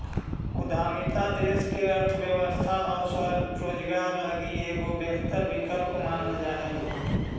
उद्यमिता देश के अर्थव्यवस्था आउ स्वरोजगार लगी एगो बेहतर विकल्प मानल जा हई